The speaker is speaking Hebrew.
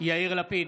יאיר לפיד,